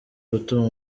gutuma